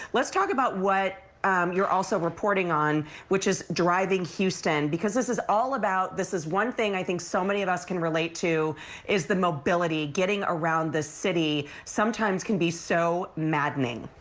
let's talk about what you are also reporting on which is driving houston because this is all about this is one thing i think so many of us can relate to is the mobility, getting around this city sometimes can be so maddening.